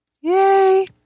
Yay